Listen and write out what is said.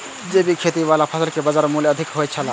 जैविक खेती वाला फसल के बाजार मूल्य अधिक होयत छला